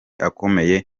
akomeye